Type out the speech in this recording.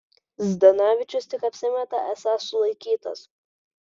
zdanavičius tik apsimeta esąs sulaikytas